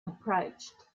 approached